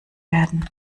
werden